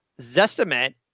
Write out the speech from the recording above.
Zestimate